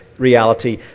reality